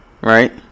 right